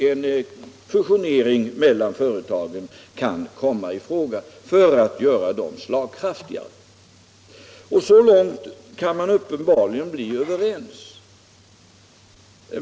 En fusionering mellan företagen kan komma i fråga för att göra dem slagkraftiga. Och så långt kan man uppenbarligen bli överens.